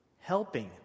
Helping